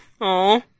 Aw